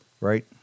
Right